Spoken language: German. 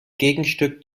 gegenstück